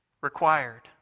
required